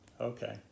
Okay